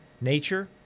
nature